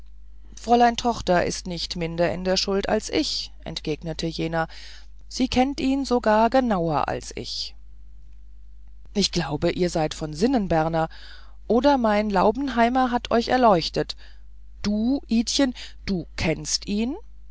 nichts fräulein tochter ist nicht minder in der schuld als ich entgegnete jener sie kennt ihn sogar genauer als ich ich glaube ihr seid von sinnen berner oder mein laubenheimer hat euch erleuchtet du idchen du kennst ihn